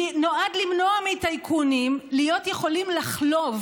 נועד למנוע מטייקונים להיות יכולים לחלוב